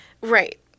Right